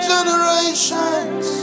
Generations